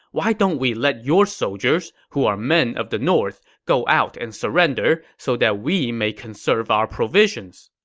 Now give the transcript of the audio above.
why don't we let your soldiers, who are men of the north, go out and surrender so that we may conserve our provisions?